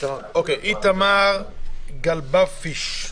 איתמר גלבפיש,